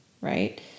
right